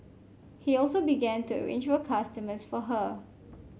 he also began to arrange for customers for her